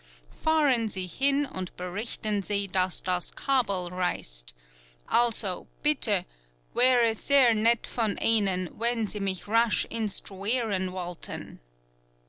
fahren sie hin und berichten sie daß das kabel reißt also bitte wäre sehr nett von ihnen wenn sie mich rasch instruieren wollten